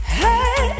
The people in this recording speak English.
hey